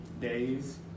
days